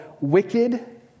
wicked